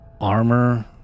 Armor